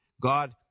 God